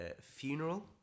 Funeral